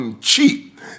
Cheap